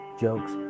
jokes